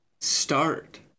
Start